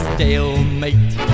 Stalemate